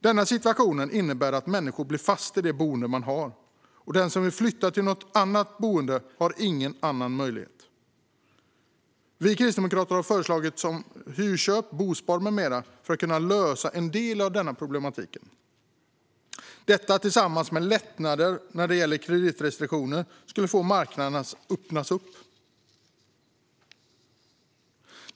Denna situation innebär att människor blir fast i det boende de har, och den som vill flytta till något annat har ingen möjlighet. Vi kristdemokrater har förslag såsom hyrköp och bospar som skulle kunna lösa en del av problematiken. Detta tillsammans med lättnader när det gäller kreditrestriktioner skulle få marknaden att öppnas upp.